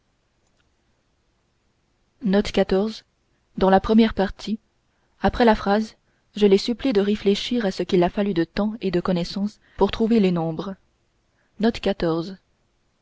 je les supplie de réfléchir à ce qu'il a fallu de temps et de connaissances pour trouver les nombres